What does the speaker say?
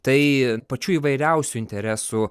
tai pačių įvairiausių interesų